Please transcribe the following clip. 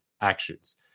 actions